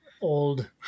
old